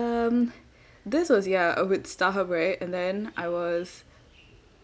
um this was ya with Starhub right and then I was